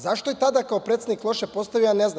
Zašto je tada kao predsednik loše postavio, ja ne znam.